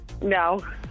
No